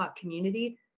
community